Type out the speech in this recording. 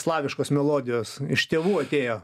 slaviškos melodijos iš tėvų atėjo